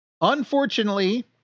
Unfortunately